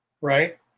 right